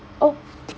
oh